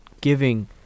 giving